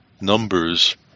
Numbers